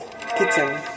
kitchen